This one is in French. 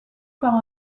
par